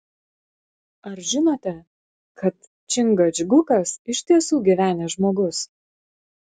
ar žinote kad čingačgukas iš tiesų gyvenęs žmogus